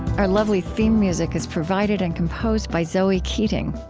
our lovely theme music is provided and composed by zoe keating.